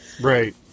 Right